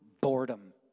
boredom